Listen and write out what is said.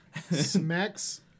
Smacks